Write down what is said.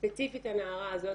ספציפית הנערה הזאת,